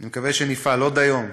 אני מקווה שנפעל עוד היום